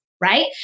right